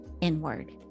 Inward